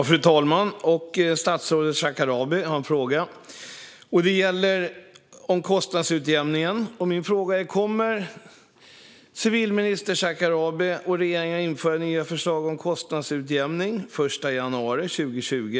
Fru talman! Jag har en fråga till statsrådet Shekarabi. Den gäller kostnadsutjämningen. Kommer civilminister Shekarabi och regeringen att genomföra det nya förslaget om kostnadsutjämning den 1 januari 2020?